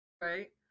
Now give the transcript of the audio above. Right